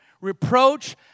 reproach